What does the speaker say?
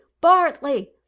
Bartley